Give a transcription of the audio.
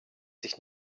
sich